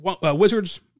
Wizards